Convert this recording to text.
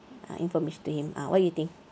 ah information to him ah what you think